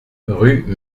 rue